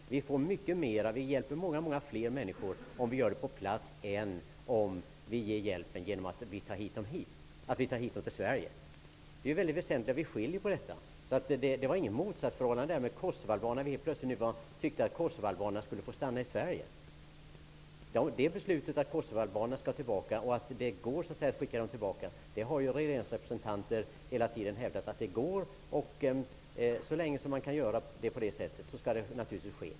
Om vi hjälper människor på plats, hjälper vi många fler människor, än om vi tar dem hit till Sverige. Det är väsentligt att skilja på detta. Det vi har sagt vad gäller hanteringen av kosovoalbanerna innebär inte något motsatsförhållande och att vi plötsligt anser att de borde fått stanna i Sverige. Beslutet att kosovoalbanerna skall tillbaka till sitt hemland, när det går att skicka dem tillbaka, har regeringsrepresentanter hela tiden hävdat går att fullfölja. Så länge det går, skall så också ske.